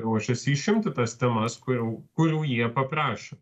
ruošiasi išimti tas temas kurių kurių jie paprašė